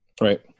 Right